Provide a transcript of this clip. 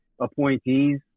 appointees